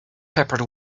peppered